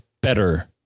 better